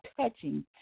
touching